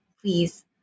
Please